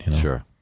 Sure